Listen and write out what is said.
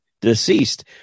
deceased